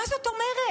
מה זאת אומרת?